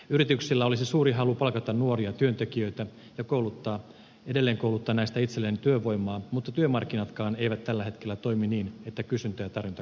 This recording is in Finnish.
yrityksillä olisi suuri halu palkata nuoria työntekijöitä ja edelleenkouluttaa näistä itselleen työvoimaa mutta työmarkkinatkaan eivät tällä hetkellä toimi niin että kysyntä ja tarjonta kohtaisivat